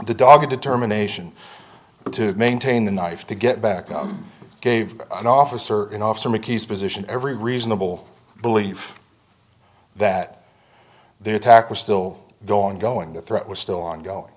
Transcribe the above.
the dogged determination to maintain the knife to get back up gave an officer an officer mickey's position every reasonable belief that their attack was still going going the threat was still ongoing